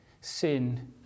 sin